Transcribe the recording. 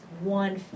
one